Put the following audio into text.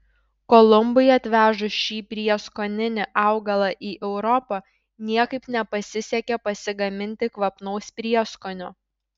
kolumbui atvežus šį prieskoninį augalą į europą niekaip nepasisekė pasigaminti kvapnaus prieskonio